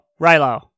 Rilo